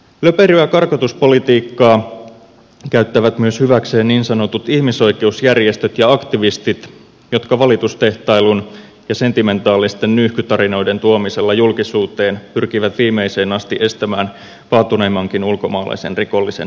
löperöä karkotuspolitiikkaa käyttävät hyväkseen myös niin sanotut ihmisoikeusjärjestöt ja aktivistit jotka valitustehtailun ja sentimentaalisten nyyhkytarinoiden tuomisella julkisuuteen pyrkivät viimeiseen asti estämään paatuneimmankin ulkomaalaisen rikollisen poistamisen maastamme